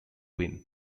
win